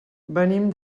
venim